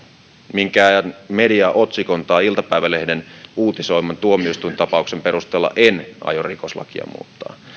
minkään mediaotsikon tai iltapäivälehden uutisoiman tuomioistuintapauksen perusteella en aio rikoslakia muuttaa